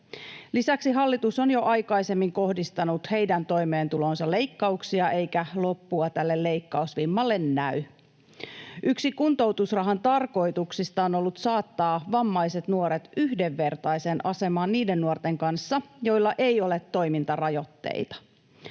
Lisäksi hallitus on jo aikaisemmin kohdistanut heidän toimeentuloonsa leikkauksia, eikä loppua tälle leikkausvimmalle näy. Yksi kuntoutusrahan tarkoituksista on ollut saattaa vammaiset nuoret yhdenvertaiseen asemaan niiden nuorten kanssa, joilla ei ole toimintarajoitteita.